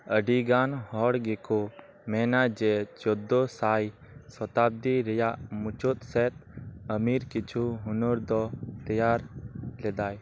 ᱟᱹᱰᱤᱜᱟᱱ ᱦᱚᱲ ᱜᱮᱠᱚ ᱢᱮᱱᱟ ᱡᱮ ᱪᱳᱫᱫᱳ ᱥᱟᱭ ᱥᱚᱛᱟᱵᱫᱤ ᱨᱮᱭᱟᱜ ᱢᱩᱪᱟᱹᱫ ᱥᱮᱫ ᱟᱢᱤᱨ ᱠᱤᱪᱷᱩ ᱦᱩᱱᱟᱹᱨ ᱫᱚ ᱛᱮᱭᱟᱨ ᱞᱮᱫᱟᱭ